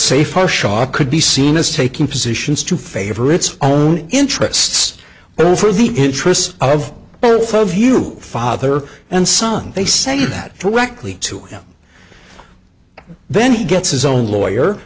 safe could be seen as taking positions to favorites own interests over the interests of both of you father and son they say that directly to him then he gets his own lawyer